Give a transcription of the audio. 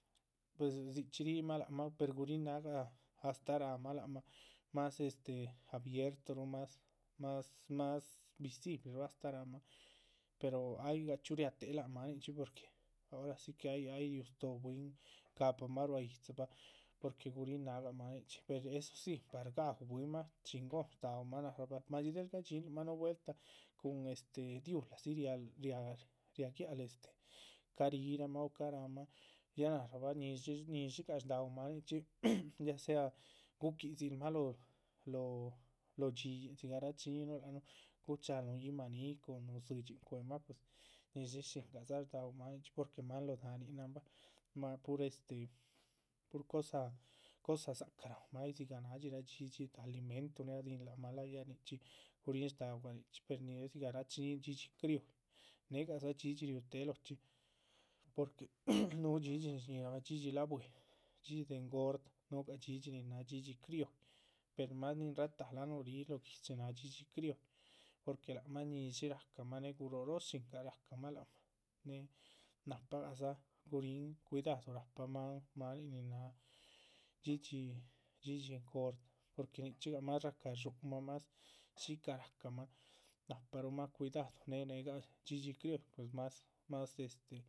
Pues dzichxí rihimah lác mah per guríhin nágah astáh ráhanmah lac mah más este abiertoruhun más, más, más, visibleruh astáh ráhamah pero ay gah chxíu riátehe lac mah. porque ora si que ay riú stóho bwín gahpa ruá yídzibah porque guríhin nágah maninchxí pero eso sí par gaú bwínmah chingón shdáumah naharabah madxí del gaddxínluhmah. núhu vueltah, cuhun este diúlahdzi riál riál riágiahl este ca´ rihíramah o ca´ rahamah ya náharabah níshi níshigah shdaú maninchxí ya sea guquidzimah lóho, lóho lóho. dxíyin dzigah rachiñihinuh lac nuh guchal núhu yíhma níhi cun núhun dzidxin cuémah pues níshi shíngadza shdaú máanichxi porque máan lóho dáhanin náhan bah ma, pur este. pur cosa cosa dzácah raúmah ay dzigah náradxi dhxídhxi alimento radíhin lac mah láha ya dhxídhxichxi guríhin shdaúgah nichxi per néhe dzigah rachiñíhin dhxídhxi criolli. négadza dhxídhxi riútehe lochxí porque núhu dhxídhxi nin shñíhirabah dhxídhxi la´bue, dhxídhxi de engorda, núhugah dhxídhxi nin náha dhxídhxi criolli, per más nin. ratahalanuh ríh lóho guihdxi náha dhxídhxi criolli, porque lac mah ñíshi racamah néhe guroró shíngah rahcamah, lac mah néhe nahpa gadza guríhin cuidadu rahpa. mah máanin nin náha dhxídhxi dhxídhxi engorda porque nichxígah más rácha dxúhumah más shícaha rahcamah nahparumah cuidadu néhe nehgah dhxídhxi criolli pues más. más este